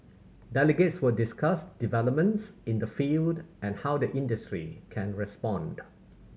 delegates will discuss developments in the field and how the industry can respond